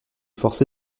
forcé